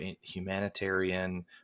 humanitarian